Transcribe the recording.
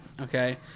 okay